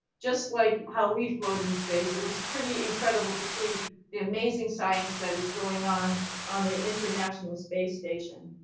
just like how we've flown in space. it was pretty incredible to see the amazing science that is going on on the international international space station.